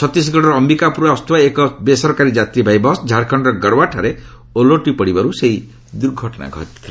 ଛତିଶଗଡର ଅମ୍ଭିକାପୁରରୁ ଆସୁଥିବା ଏକ ବେସରକାରୀ ଯାତ୍ରୀବାହୀ ବସ୍ ଝାଡ଼ଖଣ୍ଡର ଗଡୱାଠାରେ ଓଲଟି ପଡିବାରୁ ସେହି ଦୁର୍ଘଟଣା ଘଟିଥିଲା